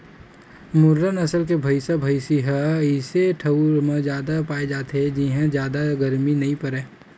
मुर्रा नसल के भइसा भइसी ह अइसे ठउर म जादा पाए जाथे जिंहा जादा गरमी नइ परय